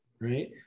right